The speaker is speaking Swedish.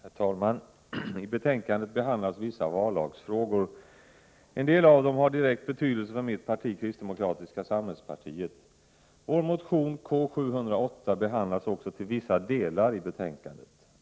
Herr talman! I betänkandet behandlas vissa vallagsfrågor. En del av dem har direkt betydelse för mitt parti, kristdemokratiska samhällspartiet. Vår motion K708 behandlas också till vissa delar i betänkandet.